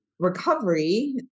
Recovery